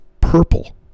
purple